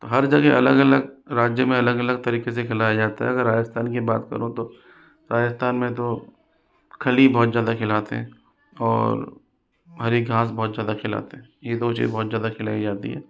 तो हर जगह अलग अलग राज्य में अलग अलग तरीके से खिलाया जाता है अगर राजस्थान की बात करूँ तो राजस्थान में तो खली बहुतर ज़्यादा खिलाते हैं और हरी घाँस बहुत ज़्यादा खिलाते हैं ये दो चीजें बहुत ज़्यादा खिलाई जाती हैं